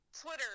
Twitter